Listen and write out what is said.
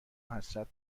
حسرت